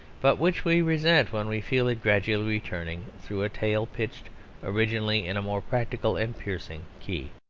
but which we resent when we feel it gradually returning through a tale pitched originally in a more practical and piercing key.